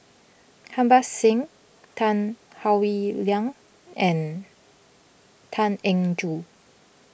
Harbans Singh Tan Howe Liang and Tan Eng Joo